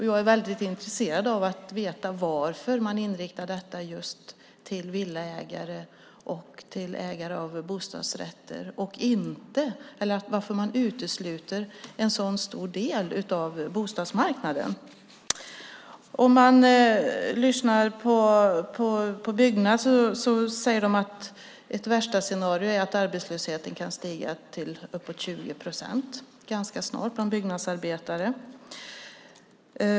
Jag är mycket intresserad av att veta varför man inriktar detta till just villa och bostadsrättsägare och varför man utesluter en stor del av bostadsmarknaden. Byggnads säger att ett värsta scenario är att arbetslösheten kan stiga till uppåt 20 procent ganska snart bland byggnadsarbetare.